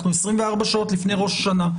אנחנו 24 שעות לפני ראש השנה.